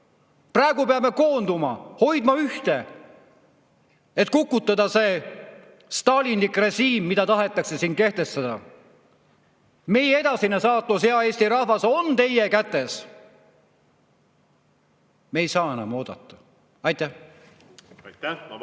Praegu peame koonduma, hoidma ühte, et kukutada see stalinlik režiim, mida tahetakse siin kehtestada. Meie edasine saatus, hea Eesti rahvas, on teie kätes! Me ei saa enam oodata. Aitäh! Palun,